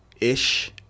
ish